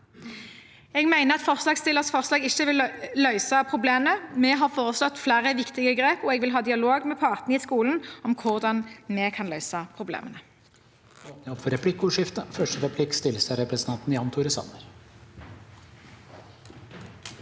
Jeg mener at forslagsstillernes forslag ikke vil løse problemet. Vi har foreslått flere viktige grep, og jeg vil ha dialog med partene i skolen om hvordan vi kan løse problemene.